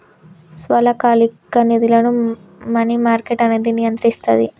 స్వల్పకాలిక నిధులను money market అనేది నియంత్రిస్తది